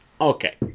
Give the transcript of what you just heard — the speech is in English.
okay